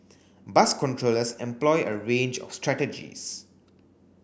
bus controllers employ a range of strategies